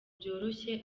byoroshye